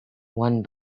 one